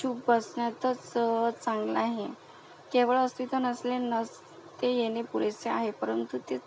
चूप बसण्यातच चांगलं आहे केवळ अस्तित्व नसले नसते येणे पुरेसे आहे परंतु ते